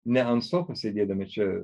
ne ant sofos sėdėdami čia